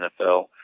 NFL